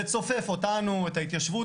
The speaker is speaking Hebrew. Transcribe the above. לצופף אותנו, את ההתיישבות.